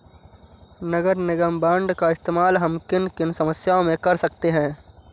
नगर निगम बॉन्ड का इस्तेमाल हम किन किन समस्याओं में कर सकते हैं?